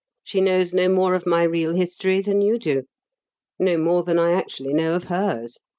she knows no more of my real history than you do no more than i actually know of hers.